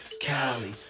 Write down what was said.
Cali